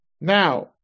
now